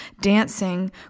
dancing